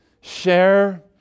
share